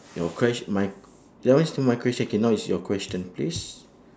your questi~ my that one is not my question K now is your question please